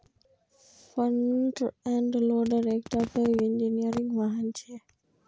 front end loader एकटा पैघ engineering वाहन छियै